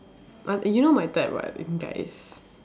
uh you know my type [what] in guys